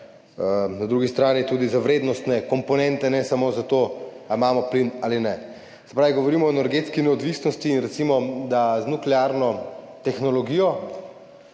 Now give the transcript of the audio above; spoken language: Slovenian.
na drugi strani tudi za vrednostne komponente, ne samo za to, ali imamo plin ali ne. Se pravi, govorimo o energetski neodvisnosti in recimo z nuklearno tehnologijo